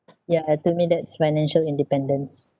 ya uh to me that's financial independence